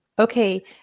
Okay